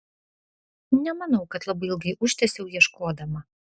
nemanau kad labai ilgai užtęsiau ieškodama